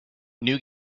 new